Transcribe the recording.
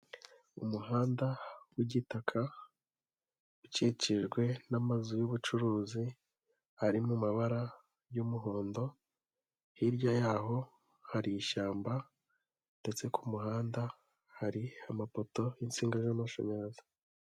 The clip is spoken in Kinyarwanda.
Umuhanda w'igitaka ukikijwe n'amazu y'ubucuruzi ari mabara y'umuhondo, hirya y'aho hari ishyamba ndetse kumuhanda hari amapoto y'insinga z'amashanyarazi.